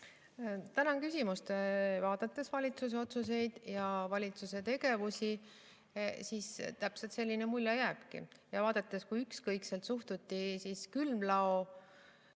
Tänan küsimuse eest! Vaadates valitsuse otsuseid ja valitsuse tegevust, täpselt selline mulje jääbki. Ja vaadates ka seda, kui ükskõikselt suhtuti külmlao